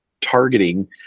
targeting